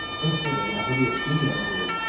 instantly a hideous genie appeared,